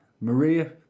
maria